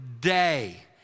day